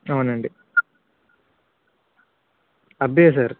అవునండి అబ్బాయి సార్